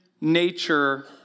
nature